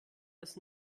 als